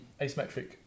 asymmetric